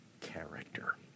character